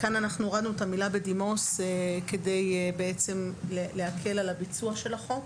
כאן הורדנו את המילה בדימוס כדי להקל על הביצוע של החוק.